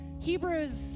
Hebrews